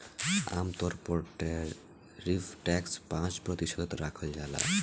आमतौर पर tariff tax पाँच प्रतिशत राखल जाला